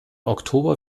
oktober